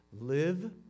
Live